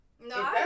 no